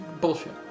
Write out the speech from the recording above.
bullshit